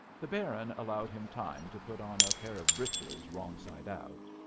the baron allowed him time to put on a pair of breeches wrong side out.